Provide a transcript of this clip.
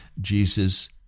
Jesus